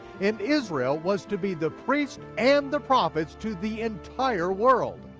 and israel was to be the priest and the prophets to the entire world.